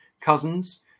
cousins